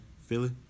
Philly